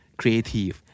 creative